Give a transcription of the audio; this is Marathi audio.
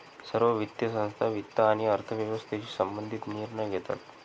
सर्व वित्तीय संस्था वित्त आणि अर्थव्यवस्थेशी संबंधित सर्व निर्णय घेतात